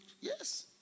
yes